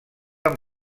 amb